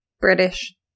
British